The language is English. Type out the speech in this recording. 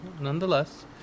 Nonetheless